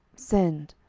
send.